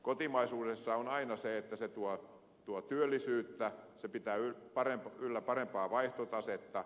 kotimaisuudessa on aina se että se tuo työllisyyttä se pitää yllä parempaa vaihtotasetta